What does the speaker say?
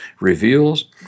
reveals